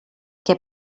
què